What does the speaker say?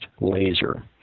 laser